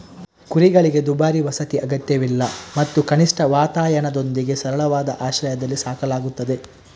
ಕುರಿಗಳಿಗೆ ದುಬಾರಿ ವಸತಿ ಅಗತ್ಯವಿಲ್ಲ ಮತ್ತು ಕನಿಷ್ಠ ವಾತಾಯನದೊಂದಿಗೆ ಸರಳವಾದ ಆಶ್ರಯದಲ್ಲಿ ಸಾಕಲಾಗುತ್ತದೆ